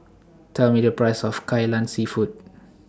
Tell Me The Price of Kai Lan Seafood